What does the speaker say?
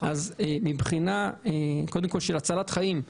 מבחינה של הצלת חיים,